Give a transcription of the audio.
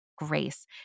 Grace